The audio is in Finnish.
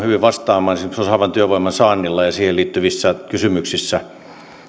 hyvin vastaamaan esimerkiksi osaavan työvoiman saantiin liittyvissä kysymyksissä